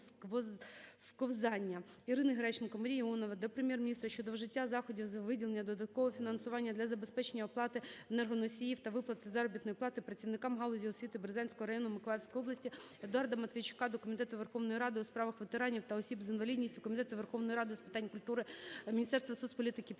Ірини Геращенко, Марії Іонової до Прем'єр-міністра щодо вжиття заходів з виділення додаткового фінансування для забезпечення оплати енергоносіїв та виплати заробітної плати працівникам галузі освіти Березанського району Миколаївської області. Едуарда Матвійчука до Комітету Верховної Ради у справах ветеранів та осіб з інвалідністю, Комітету Верховної Ради з питань культури, Міністерства соцполітики, Пенсійного